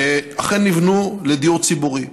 אכן נבנו לדיור ציבורי.